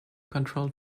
control